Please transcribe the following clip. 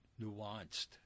nuanced